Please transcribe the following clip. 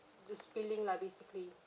just spilling lah basically